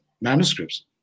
manuscripts